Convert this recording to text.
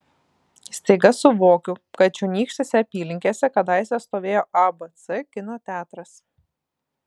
staiga suvokiu kad čionykštėse apylinkėse kadaise stovėjo abc kino teatras